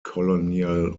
colonial